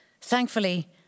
Thankfully